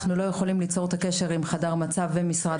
אנחנו לא יכולים ליצור את הקשר עם חדר המצב של משרד החינוך.